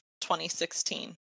2016